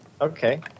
Okay